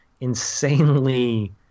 insanely